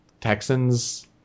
Texans